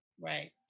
right